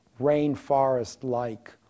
rainforest-like